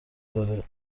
داره